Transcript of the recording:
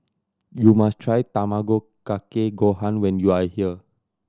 you must try Tamago Kake Gohan when you are here